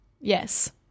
Yes